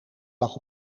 lag